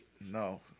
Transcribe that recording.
No